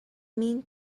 mean